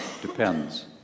depends